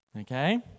Okay